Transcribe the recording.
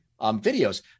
videos